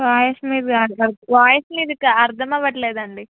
voice మీది కాదు voice మీది అర్ధమవ్వట్లేదండి